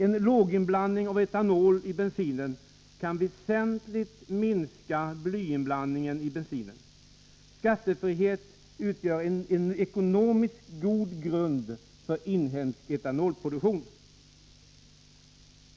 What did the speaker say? En låginblandning av etanol i bensinen kan väsentligt minska behovet av blyinblandning. Skattefrihet utgör en ekonomiskt god grund för inhemsk etanolproduktion.